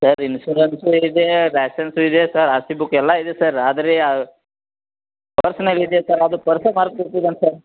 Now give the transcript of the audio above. sir insurance ಇದೆ ಇದೆ sir R C book ಎಲ್ಲ ಇದೆ ಸರ್ ಆದರೆ ಪರ್ಸ್ನಲ್ಲಿ ಇದೆ ಸರ್ ಅದು ಪರ್ಸೆ ಮರ್ತ್ಬಿಟ್ಟಿದೇನೆ ಸರ್